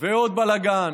ועוד בלגן